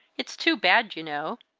it's too bad, you know.